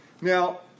Now